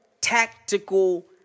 tactical